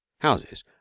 Houses